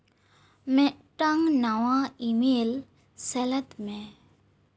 ᱢᱤᱫᱴᱟᱝ ᱱᱟᱣᱟ ᱤᱢᱮᱞ ᱥᱮᱞᱮᱫ ᱢᱮ